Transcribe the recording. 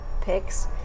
picks